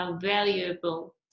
valuable